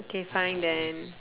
K fine then